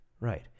Right